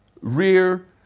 rear